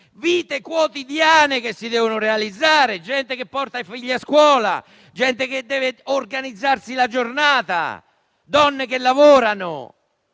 vite quotidiane che si devono realizzare; gente che porta i figli a scuola, gente che deve organizzarsi la giornata, donne che lavorano.